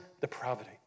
depravity